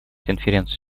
конференцию